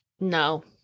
no